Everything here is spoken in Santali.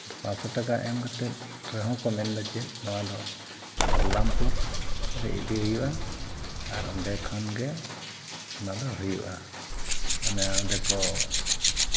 ᱯᱟᱸᱪ ᱥᱳ ᱴᱟᱠᱟ ᱮᱢ ᱠᱟᱛᱮ ᱨᱮᱦᱚᱸ ᱠᱚ ᱢᱮᱱᱫᱟ ᱪᱮᱫ ᱱᱚᱣᱟᱫᱚ ᱵᱚᱞᱞᱟᱢᱯᱩᱨ ᱨᱮ ᱤᱫᱤ ᱦᱩᱭᱩᱜᱼᱟ ᱟᱨ ᱚᱸᱰᱮ ᱠᱷᱚᱱᱜᱮ ᱚᱱᱟᱫᱚ ᱦᱩᱭᱩᱜᱼᱟ ᱢᱟᱱᱮ ᱚᱸᱰᱮ ᱠᱚ